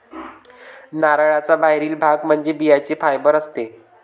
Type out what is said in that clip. नारळाचा बाहेरील भाग म्हणजे बियांचे फायबर असते